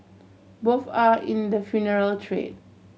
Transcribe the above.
both are in the funeral trade